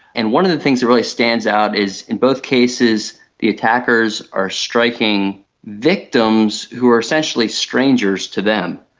and one of the things that really stands out is in both cases the attackers are striking victims who are essentially strangers to them.